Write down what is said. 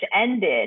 ended